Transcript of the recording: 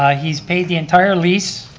ah he's paid the entire lease,